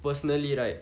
personally right